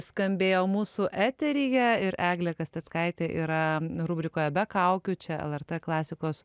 skambėjo mūsų eteryje ir eglė kasteckaitė yra rubrikoje be kaukių čia lrt klasikos